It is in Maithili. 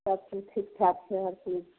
सबचीज ठिकठाक छै हर चीज